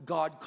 God